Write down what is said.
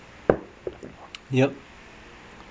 yup